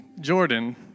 Jordan